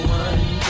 one